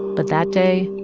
but that day,